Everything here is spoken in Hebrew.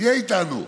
תהיה איתנו.